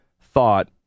thought